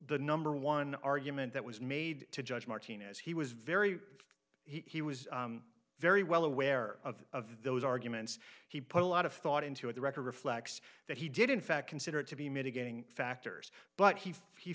the number one argument that was made to judge martinez he was very he was very well aware of those arguments he put a lot of thought into it the record reflects that he did in fact consider to be mitigating factors but he he